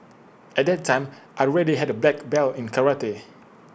at that time I already had A black belt in karate